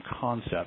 concept